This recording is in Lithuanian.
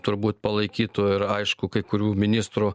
turbūt palaikytų ir aišku kai kurių ministrų